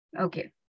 Okay